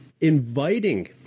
inviting